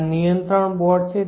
આ નિયંત્રણ બોર્ડ છે